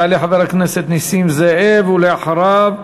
יעלה חבר הכנסת נסים זאב, ואחריו,